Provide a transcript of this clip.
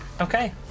Okay